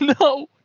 No